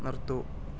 നിർത്തൂ